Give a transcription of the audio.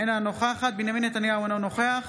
אינה נוכחת בנימין נתניהו, אינו נוכח